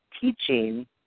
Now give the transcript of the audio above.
teaching